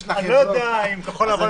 צריך להגיד להם "יישר כוח".